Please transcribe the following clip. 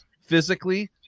physically